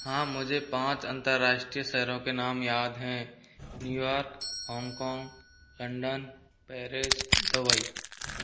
हाँ मुझे पाँच अंतर्राष्ट्रीय शहरों के नाम याद हैं New York Hong Kong London Paris Dubai